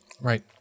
right